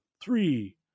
Three